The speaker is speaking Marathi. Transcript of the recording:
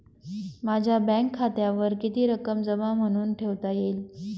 माझ्या बँक खात्यावर किती रक्कम जमा म्हणून ठेवता येईल?